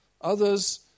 Others